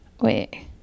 wait